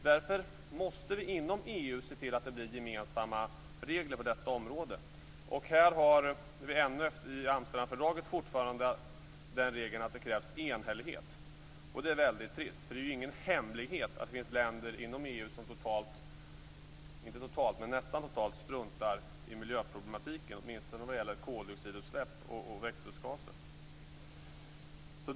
Därför måste vi inom EU se till att det blir gemensamma regler på detta område. Här har vi i Amsterdamfördraget fortfarande den regeln att det krävs enhällighet. Det är väldigt trist, för det är ju ingen hemlighet att det finns länder inom EU som nästan totalt struntar i miljöproblematiken åtminstone vad gäller koldioxidutsläpp och växthusgaser.